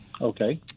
Okay